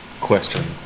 question